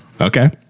Okay